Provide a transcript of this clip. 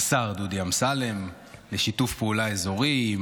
השר לשיתוף פעולה אזורי,